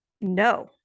No